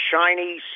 shiny